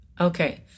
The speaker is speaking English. Okay